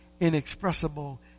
inexpressible